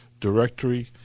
directory